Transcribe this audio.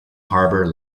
harbor